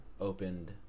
opened